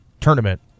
tournament